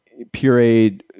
pureed